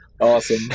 Awesome